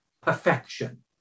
perfection